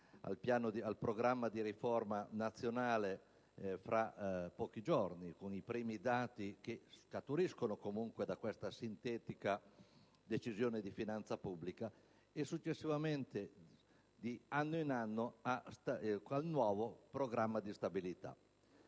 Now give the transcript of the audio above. al programma di riforma nazionale fra pochi giorni, con i primi dati che scaturiscono comunque da questa sintetica Decisione di finanza pubblica, e successivamente, di anno in anno, al nuovo programma di stabilità.